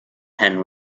hen